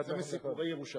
זה מסיפורי ירושלים?